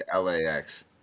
LAX